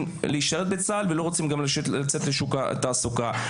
לשרת בצה"ל ולא רוצים גם לצאת לשירות התעסוקה.